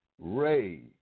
Ray